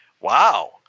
Wow